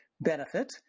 benefit